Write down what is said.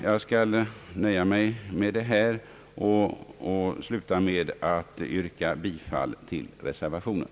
Jag skall nöja mig med detta och sluta med att yrka bifall till reservation 1.